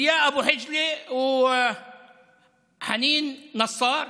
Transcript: אליה אבו חג'לה וחנין נסאר.